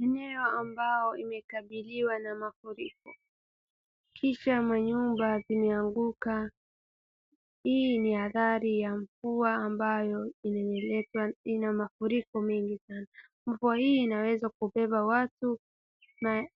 Eneo ambalo limekabiliwa na mafuriko kisha manyumba zimeanguka, hii ni athari ya mvua ambayo ina mafuriko mengi sana, mvua hii inaweza kubeba watu,